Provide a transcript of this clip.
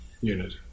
unit